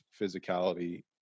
physicality